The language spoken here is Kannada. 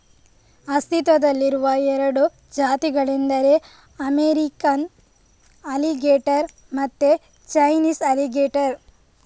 ಅಸ್ತಿತ್ವದಲ್ಲಿರುವ ಎರಡು ಜಾತಿಗಳೆಂದರೆ ಅಮೇರಿಕನ್ ಅಲಿಗೇಟರ್ ಮತ್ತೆ ಚೈನೀಸ್ ಅಲಿಗೇಟರ್